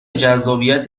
جذابیت